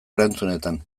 erantzunetan